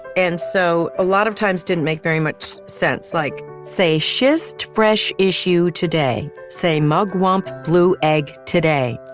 and so a lot of times didn't make very much sense like, say schist fresh issue today. say mugwump blue egg today.